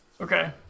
Okay